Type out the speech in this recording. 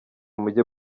mujye